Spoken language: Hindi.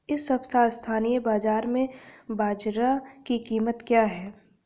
इस सप्ताह स्थानीय बाज़ार में बाजरा की कीमत क्या है?